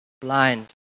blind